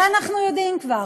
את זה אנחנו יודעים כבר,